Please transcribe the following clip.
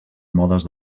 modes